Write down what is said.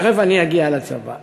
תכף אני אגיע לצבא.